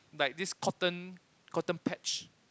like this cotton cotton patch